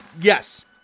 yes